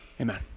Amen